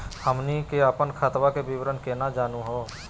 हमनी के अपन खतवा के विवरण केना जानहु हो?